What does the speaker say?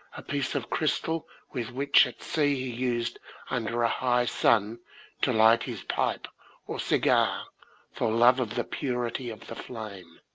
a piece of crystal with which at sea he used under a high sun to light his pipe or cigar for love of the purity of the flame.